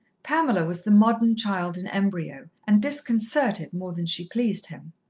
pamela was the modern child in embryo, and disconcerted more than she pleased him.